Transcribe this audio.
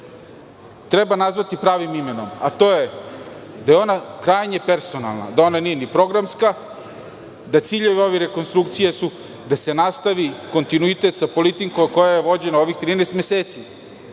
treba nazvati pravim imenom, a to je da je ona krajnje personalna, da ona nije ni programska, da ciljevi su ciljevi ove rekonstrukcije da se nastavi kontinuitet sa politikom koja je vođena u ovih 13 meseci.